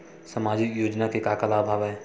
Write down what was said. सामाजिक योजना के का का लाभ हवय?